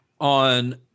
on